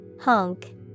Honk